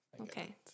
Okay